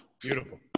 Beautiful